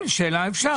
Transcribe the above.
כן, שאלה אפשר.